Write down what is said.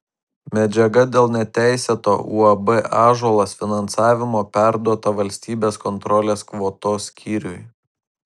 medžiaga dėl neteisėto uab ąžuolas finansavimo perduota valstybės kontrolės kvotos skyriui